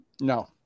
No